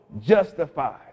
justified